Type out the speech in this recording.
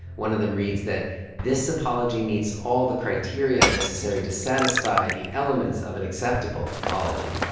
one of them reads that this apology meets all the criteria necessary to satisfy the elements of an acceptable apology.